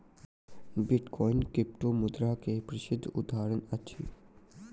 bitcoin क्रिप्टोमुद्रा के प्रसिद्ध उदहारण अछि